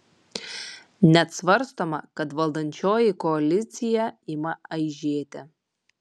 net svarstoma kad valdančioji koalicija ima aižėti